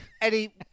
Eddie